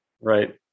Right